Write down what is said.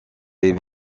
est